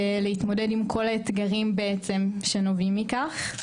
ולהתמודד עם כל האתגרים, בעצם, שנובעים מכך.